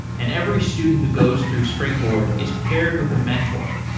and every student who goes through springboard is paired with a mentor,